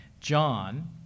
John